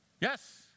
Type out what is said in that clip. Yes